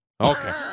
Okay